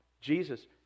Jesus